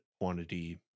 quantity